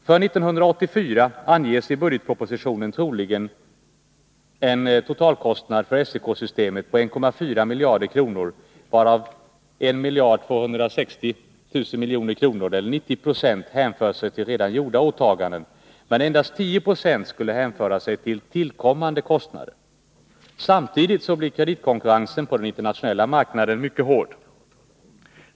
För 1984 anges i budgetpropositionen en trolig totalkostnad för SEK-systemet på 1,4 miljarder kronor, varav 1260 milj.kr. — 90 20 — hänför sig till redan gjorda åtaganden, medan endast 10 96 skulle hänföra sig till tillkommande kostnader. Samtidigt blir kreditkonkurrensen på den internationella marknaden mycket hård.